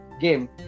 game